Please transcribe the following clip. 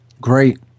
Great